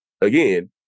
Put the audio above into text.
again